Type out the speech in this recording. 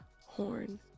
Horn